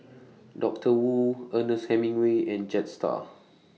Doctor Wu Ernest Hemingway and Jetstar